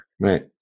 Right